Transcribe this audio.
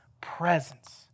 presence